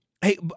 Hey